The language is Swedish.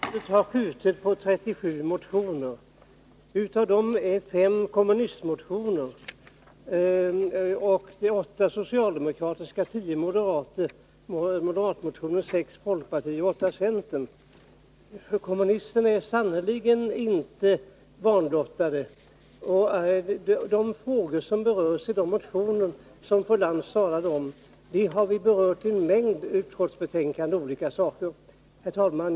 Herr talman! Vi har begärt uppskov med behandlingen av 37 motioner. Av dem är fem kommunistmotioner, åtta motioner från socialdemokraterna, tio från moderaterna, sex från folkpartiet och åtta från centern. Kommunisterna är sannerligen inte vanlottade. De frågor som tas upp i den motion som fru Lantz talade om har vi berört i en mängd utskottsbetänkanden i olika ärenden. Herr talman!